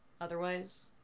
otherwise